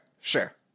sure